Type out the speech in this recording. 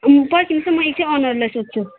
पर्खिनुहोस् ल म एकछिन ओनरलाई सोध्छु